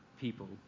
people